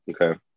Okay